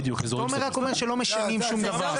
תומר רק אומר שלא משנים שום דבר.